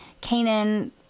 Canaan